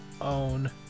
own